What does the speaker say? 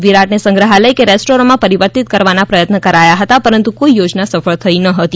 વિરાટને સંગ્રહાલય કે રેસ્ટોરામાં પરીવર્તિત કરવાના પ્રયત્ન કરાયા હતા પરંતુ કોઇ યોજના સફળ થઇ ન હતી